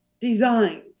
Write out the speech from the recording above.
designed